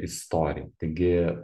istorija taigi